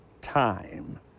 time